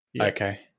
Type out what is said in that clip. Okay